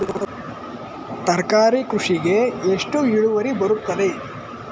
ತರಕಾರಿ ಕೃಷಿಗೆ ಎಷ್ಟು ಇಳುವರಿ ಬರುತ್ತದೆ?